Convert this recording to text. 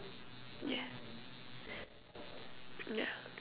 yeah